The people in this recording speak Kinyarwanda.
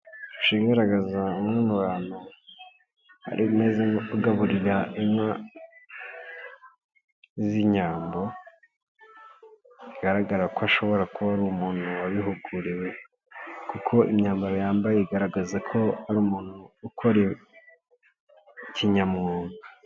Ishusho igaragaza umuntu uri kugaburira inka z'inyambo, bigaragara ko ashobora kuba ari umuntu wabihuguriwe, kuko imyambaro yambaye igaragaza ko ari umuntu ukora kinyamwuga.